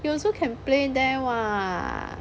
you also can play there [what]